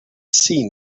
seen